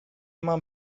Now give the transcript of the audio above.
mam